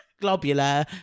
Globular